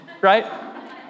right